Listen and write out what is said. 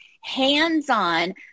hands-on